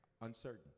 uncertain